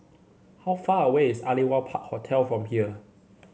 how far away is Aliwal Park Hotel from here